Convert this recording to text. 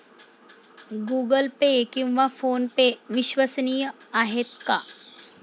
Google pay किंवा PhonePe विश्वसनीय आहेत का?